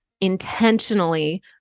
intentionally